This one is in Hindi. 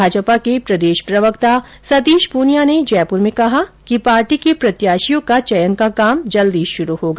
भारतीय जनता पार्टी के प्रदेश प्रवक्ता सतीश प्रनिया ने जयपुर में कहा कि पार्टी के प्रत्याशियों का चयन का काम जल्दी शुरू होगा